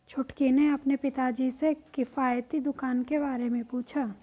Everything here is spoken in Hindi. छुटकी ने अपने पिताजी से किफायती दुकान के बारे में पूछा